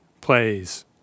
plays